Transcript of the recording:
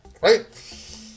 right